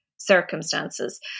circumstances